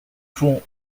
pont